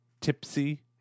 tipsy